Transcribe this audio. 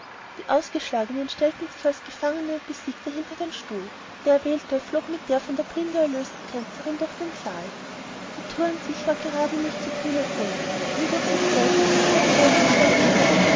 die ausgeschlagenen stellten sich als gefangene und besiegt hinter den stuhl der erwählte flog mit der von der binde erlösten tänzerin durch den saal die tour an sich war gerade nicht so kühn erfunden um durch sich selbst sehr bedeutungsvoll zu werden